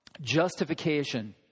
justification